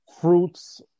Fruits